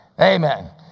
Amen